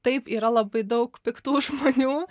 taip yra labai daug piktų žmonių